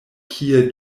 kie